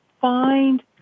find